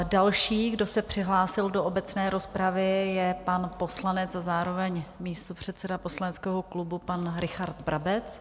Další, kdo se přihlásil do obecné rozpravy, je pan poslanec a zároveň místopředseda poslaneckého klubu, pan Richard Brabec.